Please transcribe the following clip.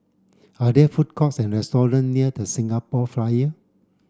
are there food courts and restaurants near The Singapore Flyer